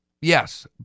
Yes